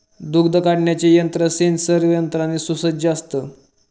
दूध काढण्याचे यंत्र सेंसरी यंत्राने सुसज्ज असतं